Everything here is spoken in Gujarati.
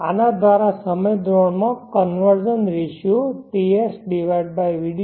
આના દ્વારા સમય ધોરણ માં કન્વર્ઝન રેશિયો TSvdc